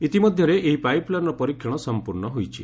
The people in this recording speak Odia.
ଇତିମଧ୍ୟରେ ଏହି ପାଇପ୍ ଲାଇନ୍ର ପରୀକ୍ଷଣ ସମ୍ପର୍ଶ୍ଣ ହୋଇଛି